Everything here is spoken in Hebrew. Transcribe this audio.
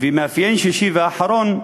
מאפיין שישי ואחרון,